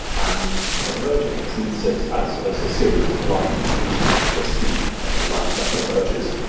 and for merging, it treats it as as a series of lines and you can just do like line level mergers.